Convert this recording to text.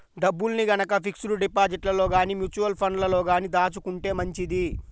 డబ్బుల్ని గనక ఫిక్స్డ్ డిపాజిట్లలో గానీ, మ్యూచువల్ ఫండ్లలో గానీ దాచుకుంటే మంచిది